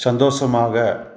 சந்தோஷமாக